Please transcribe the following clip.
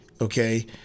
okay